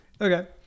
Okay